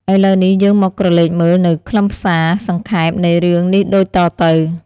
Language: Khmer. ឥឡូវនេះយើងមកក្រឡេកមើលនៅខ្លឹមសារសង្ខេមនៃរឿងនេះដូចតទៅ ។